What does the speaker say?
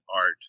art